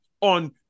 on